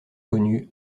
connues